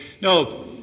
No